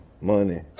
money